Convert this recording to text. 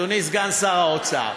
אדוני סגן שר האוצר,